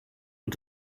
und